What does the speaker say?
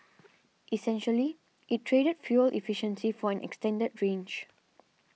essentially it traded fuel efficiency for an extended range